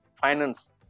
finance